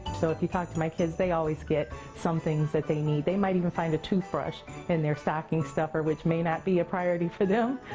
so if you talk to my kids, they always get something that they need. they might even find a toothbrush in their stocking stuffer, which may not be a priority for them,